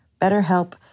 BetterHelp